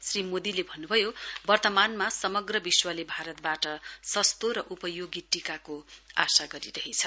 श्री मोदीले भन्नुभयो वर्तमानमा समग्र विश्वले भारतबाट सस्तो र उपयोगी टीकाको आशा गरिरहेछ